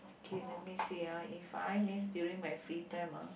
okay let me see ah if I miss during my free time ah